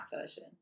version